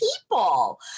people